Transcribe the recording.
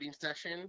session